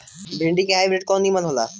भिन्डी के हाइब्रिड कवन नीमन हो ला?